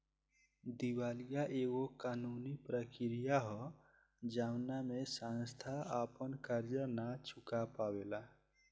दिवालीया एगो कानूनी प्रक्रिया ह जवना में संस्था आपन कर्जा ना चूका पावेला